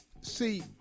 See